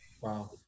Wow